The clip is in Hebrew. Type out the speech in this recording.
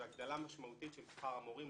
והגדלה משמעותית של שכר המורים,